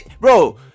bro